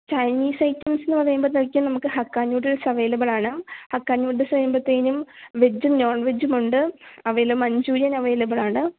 Chinese items എന്ന് പറയുമ്പോഴത്തേക്കും നമുക്ക് ഹക്കാ ന്യൂഡിൽസ് അവൈലബിൾ ആണ് ഹക്കാ ന്യൂഡിൽസ് പറയുമ്പോഴത്തേനും വെജും നോൺ വെജും ഉണ്ട് അവയില് മഞ്ചൂരിയൻ അവൈലബിൾ ആണ്